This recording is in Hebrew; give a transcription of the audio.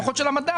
לפחות של המדד.